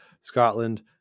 Scotland